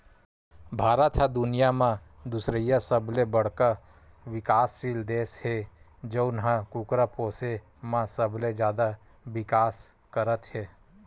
भारत ह दुनिया म दुसरइया सबले बड़का बिकाससील देस हे जउन ह कुकरा पोसे म सबले जादा बिकास करत हे